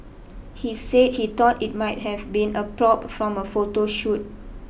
he said he thought it might have been a prop from a photo shoot